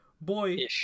Boy